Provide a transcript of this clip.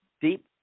deep